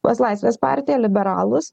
pas laisvės partiją liberalus